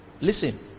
Listen